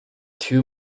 two